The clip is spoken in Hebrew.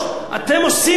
אתם עושים טעות.